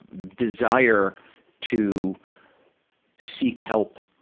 desire to seek help,